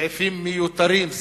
סעיפים מיותרים,